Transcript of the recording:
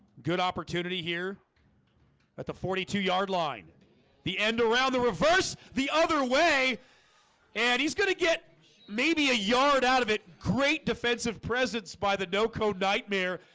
good opportunity here at the forty two yard line the end around the reverse the other way and he's gonna get maybe a yard out of it great defensive presence by the no-code nightmare.